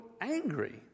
angry